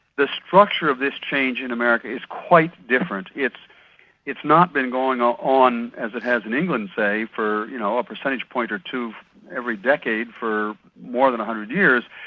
the structure of this change in america is quite different it's it's not been going ah on as it has in england, say for, you know, a percentage point or two every decade for more than one hundred years.